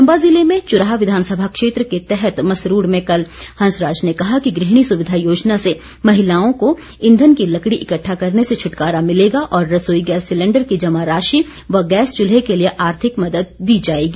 चंबा जिले में चुराह विधानसभा क्षेत्र के तहत मसरूड़ में कल हंसराज ने कहा कि गृहणी सुविधा योजना से महिलाओं ईंधन की लकड़ी इकटठा करने से छुटकारा मिलेगा और रसोई गैस सिलेंडर की जमा राशि व गैस चूल्हे के लिए आर्थिक मदद दी जाएगी